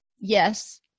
yes